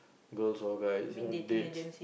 girls or guys you know dates